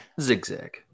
zigzag